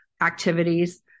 activities